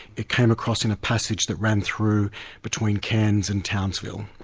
it came across in a passage that ran through between cairns and townsville.